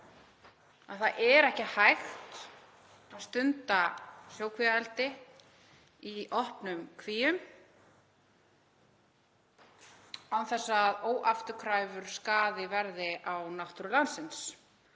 að það sé ekki hægt að stunda sjókvíaeldi í opnum kvíum án þess að óafturkræfur skaði verði á náttúru landsins.